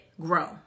grow